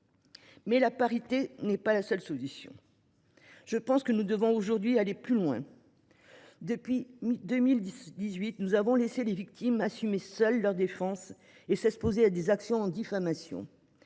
n’est toutefois pas la seule solution et nous devons à mon sens aller plus loin. Depuis 2018, nous avons laissé les victimes assumer seules leur défense et s’exposer à des actions en diffamation.